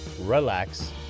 relax